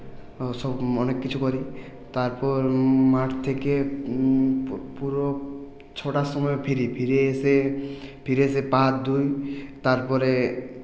সব অনেক কিছু করি তারপর মাঠ থেকে পুরো ছটার সময় ফিরি ফিরে এসে ফিরে এসে পা হাত ধুই তারপরে